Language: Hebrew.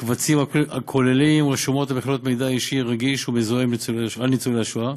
קבצים הכוללים רשומות המכילות מידע אישי רגיש ומזוהה על ניצולי שואה,